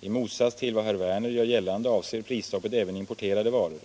I motsats till vad herr Werner gör gällande avser prisstoppet även importerade varor.